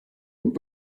hund